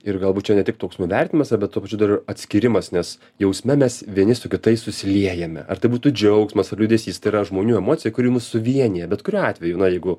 ir galbūt čia ne tik toks nuvertinimas ane bet tuo pačiu dar ir atskyrimas nes jausme mes vieni su kitais susiliejame ar tai būtų džiaugsmas ar liūdesys tai yra žmonių emocija kuri mus suvienija bet kuriuo atveju na jeigu